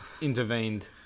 intervened